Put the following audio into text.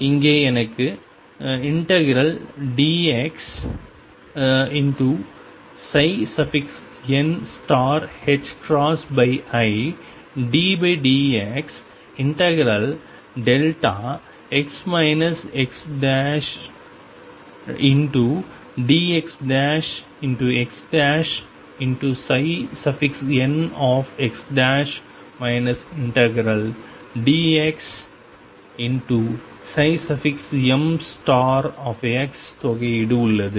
இங்கே எனக்கு ∫dx niddx ∫δx xdxxnx ∫dx m தொகையீடு உள்ளது